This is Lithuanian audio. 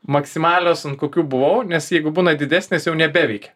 maksimalios ant kokių buvau nes jeigu būna didesnės jau nebeveikia